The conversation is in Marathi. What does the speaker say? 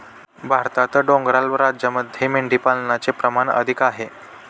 भारतात डोंगराळ राज्यांमध्ये मेंढीपालनाचे प्रमाण अधिक आहे